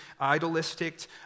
idolistic